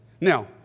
Now